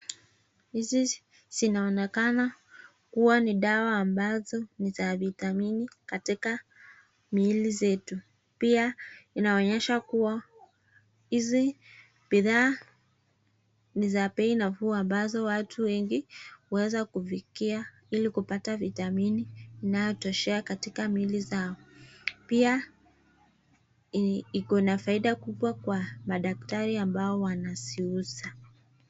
Hizi zinaonekana kuwa ni dawa ambazo ni za vitamini katika miili zetu. Pia inaonyesha kuwa, hizi bidhaa ni za bei nafuu ambazo watu wengi huweza kufikia ili kupata vitamini inayotoshea katika miili zao. Pia ikona faida kubwa kwa madaktari ambao wanaziuza.